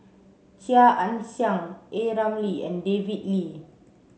Chia Ann Siang A Ramli and David Lee